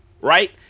right